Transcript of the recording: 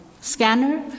scanner